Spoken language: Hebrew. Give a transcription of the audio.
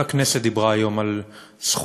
כל הכנסת דיברה היום על זכויות